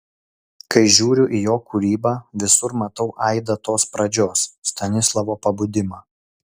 kai žiūriu į jo kūrybą visur matau aidą tos pradžios stanislovo pabudimą